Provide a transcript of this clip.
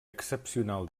excepcional